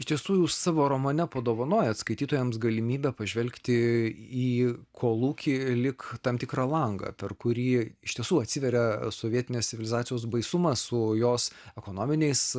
iš tiesų jūs savo romane padovanojot skaitytojams galimybę pažvelgti į kolūkį lyg tam tikrą langą per kurį iš tiesų atsiveria sovietinės civilizacijos baisumas su jos ekonominiais